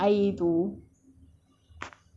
habis kan dia naik kan